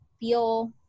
feel